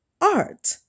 Art